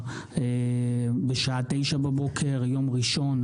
27 במרס 2023,